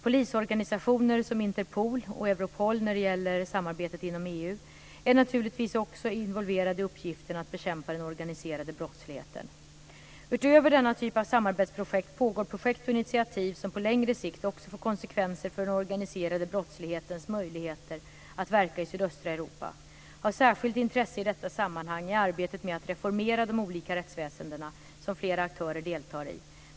Polisorganisationer som Interpol - och Europol när det gäller samarbetet inom EU - är naturligtvis också involverade i uppgiften att bekämpa den organiserade brottsligheten. Utöver denna typ av samarbetsprojekt pågår projekt och initiativ som på längre sikt också får konsekvenser för den organiserade brottslighetens möjligheter att verka i sydöstra Europa. Av särskilt intresse i detta sammanhang är arbetet med att reformera de olika rättsväsendena, som flera aktörer deltar i.